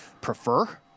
prefer